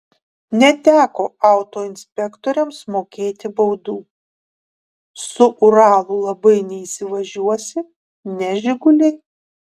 neteko autoinspektoriams mokėti baudų su uralu labai neįsivažiuosi ne žiguliai